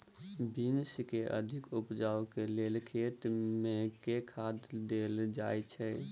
Beans केँ अधिक उपज केँ लेल खेत मे केँ खाद देल जाए छैय?